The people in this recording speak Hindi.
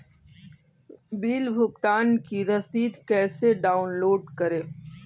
बिल भुगतान की रसीद कैसे डाउनलोड करें?